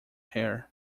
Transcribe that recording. hair